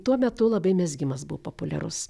tuo metu labai mezgimas buvo populiarus